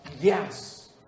yes